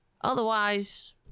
otherwise